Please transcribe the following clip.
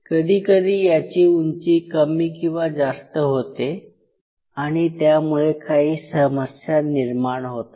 कधीकधी याची उंची कमी किंवा जास्त होते आणि त्यामुळे काही समस्या निर्माण होतात